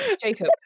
jacob